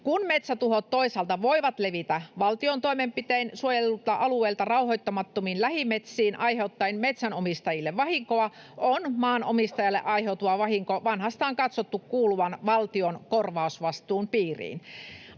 Kun metsätuhot toisaalta voivat levitä valtion toimenpitein suojelluilta alueilta rauhoittamattomiin lähimetsiin aiheuttaen metsänomistajille vahinkoa, on maanomistajalle aiheutuva vahinko vanhastaan katsottu kuuluvan valtion korvausvastuun piiriin.